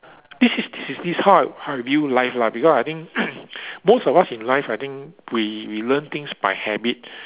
this is this is this is how I how I view life lah because I think most of us in life I think we we learn things by habit